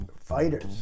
fighters